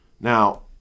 Now